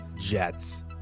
Jets